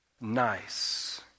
nice